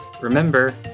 remember